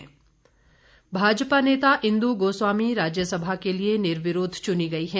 राज्यसभा भाजपा नेता इंद् गोस्वामी राज्यसभा के लिए निर्विरोध चुनी गई हैं